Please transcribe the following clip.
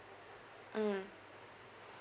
mm